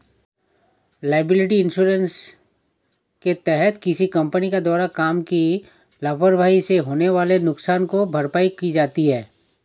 liability insurance के तहत किसी कंपनी के द्वारा काम की लापरवाही से होने वाले नुकसान की भरपाई की जाती है